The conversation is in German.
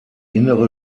innere